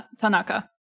Tanaka